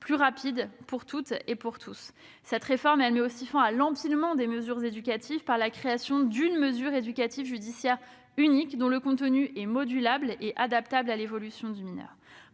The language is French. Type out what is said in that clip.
plus rapide pour toutes et tous. Cette réforme met aussi fin à l'empilement des mesures éducatives par la création d'une mesure éducative judiciaire unique, dont le contenu est modulable et adaptable à l'évolution du mineur.